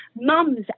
mums